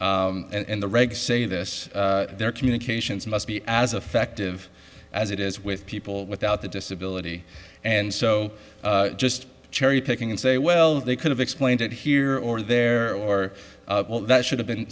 and the regs say this their communications must be as effective as it is with people without the disability and so just cherry picking and say well they could've explained it here or there or well that should have been